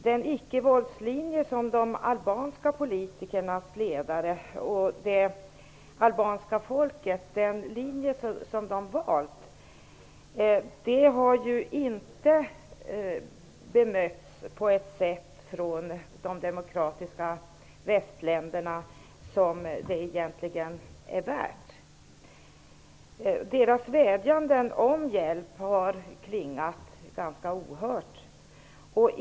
Den icke-våldslinje som de albanska politikernas ledare och det albanska folket valt har inte bemötts av de demokratiska västländerna på det sätt som den är värd. Albaniens vädjande om hjälp har klingat ganska ohört.